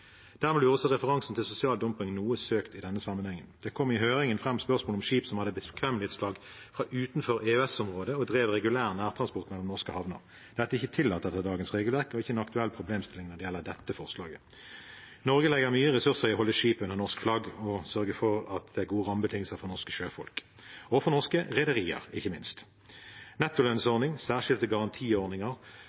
Dermed blir også referansen til sosial dumping noe søkt i denne sammenhengen. Det kom i høringen fram spørsmål om skip som hadde bekvemmelighetsflagg fra utenfor EØS-området, og drev regulær nærtransport mellom norske havner. Dette er ikke tillatt etter dagens regelverk og ikke en aktuell problemstilling når det gjelder dette forslaget. Norge legger mye ressurser i å holde skip under norsk flagg og sørge for at det er gode rammebetingelser for norske sjøfolk – og for norske rederier, ikke minst. Nettolønnsordningen, særskilte garantiordninger